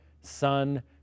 Son